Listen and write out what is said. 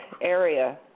area